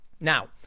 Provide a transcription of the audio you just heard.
Now